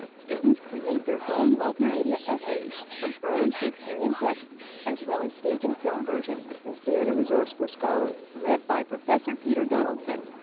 students create their own multimedia essays from early shakespearean texts, as well as stage and film versions. can create a resource for scholars. led by professor peter donaldson,